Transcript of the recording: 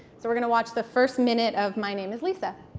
so we're going to watch the first minute of my name is lisa.